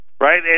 right